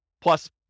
plus